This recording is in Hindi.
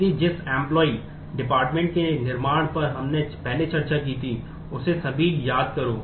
इसलिए जिस employee department के निर्माण पर हमने पहले चर्चा की थी उसे अभी याद करें